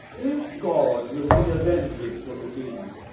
if god will be avenged for the deed,